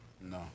No